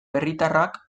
herritarrak